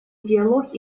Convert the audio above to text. диалог